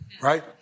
Right